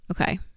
Okay